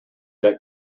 that